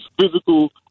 physical